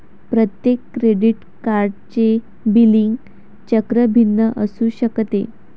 प्रत्येक क्रेडिट कार्डचे बिलिंग चक्र भिन्न असू शकते